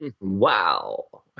Wow